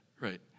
Right